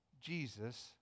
Jesus